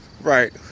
Right